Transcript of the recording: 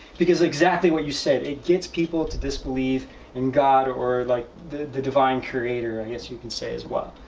because exactly what you said, it gets people to disbelieve in god or like the the divine creator i guess you can say as well.